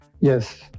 Yes